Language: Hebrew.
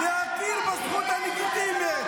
כך יהיה שלום, להכיר בזכות הלגיטימית.